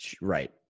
Right